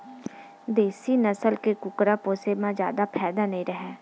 देसी नसल के कुकरा पोसे म जादा फायदा नइ राहय